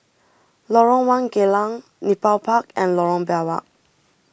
Lorong one Geylang Nepal Park and Lorong Biawak